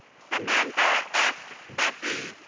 samantha s bessie,